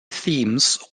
themes